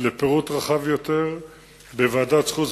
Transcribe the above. לפירוט רחב יותר בוועדת חוץ